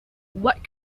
what